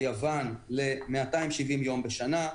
ביוון ל-270 יום בשנה.